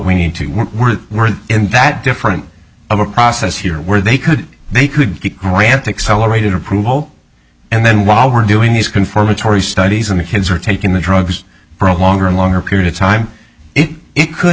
we need to work in that different of a process here where they could they could accelerate approval and then while we're doing these confirmatory studies and the kids are taking the drugs for a longer and longer period of time it could